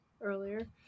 earlier